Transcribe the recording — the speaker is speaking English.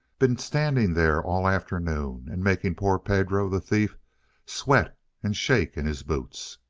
been standing there all afternoon and making poor pedro the thief sweat and shake in his boots.